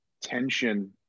tension